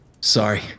Sorry